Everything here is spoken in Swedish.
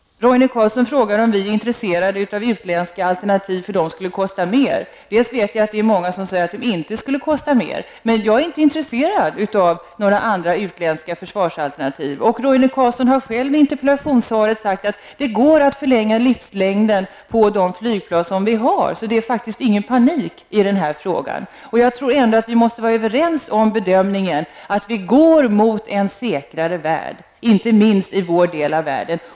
Roine Carlsson frågar om vi är intresserade av utländska alternativ, som skulle kosta mer. Dels vet vi att många säger att det inte skulle kosta mer, dels är jag inte intresserad av några utländska försvarsalternativ. Roine Carlsson har själv i interpellationssvaret sagt att det går att förlänga livslängden på de flygplan som vi har. Det är alltså ingen panik i den här frågan. Men jag tror ändå att vi måste vara överens om bedömningen att vi går mot en säkrare värld, inte minst i vår del av världen.